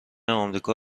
آمریکا